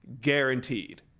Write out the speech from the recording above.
guaranteed